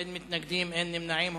אין מתנגדים, אין נמנעים.